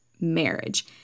marriage